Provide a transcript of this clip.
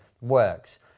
works